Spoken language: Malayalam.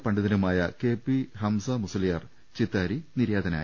പണ്ഡിതനുമായ കെ പി ഹംസ മുസ്തിയാർ ചിത്താരി നിര്യാതനായി